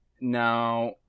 Now